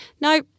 no